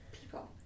people